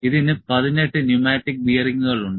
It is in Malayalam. ഇതിന് 18 ന്യൂമാറ്റിക് ബെയറിംഗുകളുണ്ട്